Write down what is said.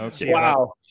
Wow